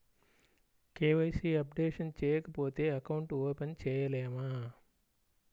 KYC updation చేయకపోతే account open చేయలేమా?